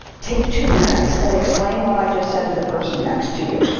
take two minutes and explain what i just said to the person next to you.